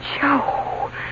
Joe